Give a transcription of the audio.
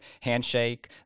handshake